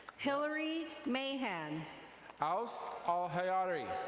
hilary mayhan. oust ah el-hiari.